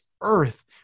earth